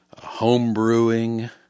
homebrewing